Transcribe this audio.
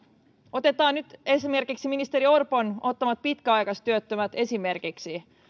otetaan nyt ministeri orpon ottamat pitkäaikaistyöttömät esimerkiksi